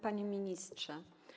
Panie Ministrze!